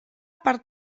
per